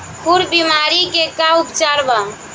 खुर बीमारी के का उपचार बा?